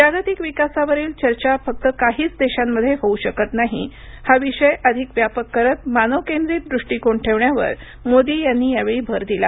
जागतिक विकासावरील चर्चा फक्त काहीच देशांमध्ये होऊ शकत नाही हा विषय अधिक व्यापक करत मानव केंद्रित दृष्टीकोन ठेवण्यावर मोदी यांनी यावेळी भर दिला